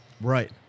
right